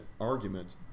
argument